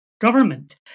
government